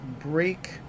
break